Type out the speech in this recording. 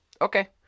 Okay